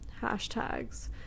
hashtags